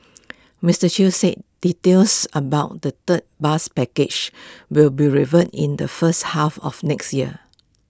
Mister chew said details about the third bus package will be revealed in the first half of next year